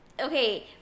okay